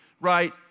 right